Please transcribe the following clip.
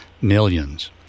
millions